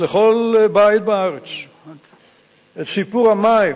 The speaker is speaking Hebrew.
לכל בית בארץ את סיפור המים,